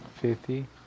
Fifty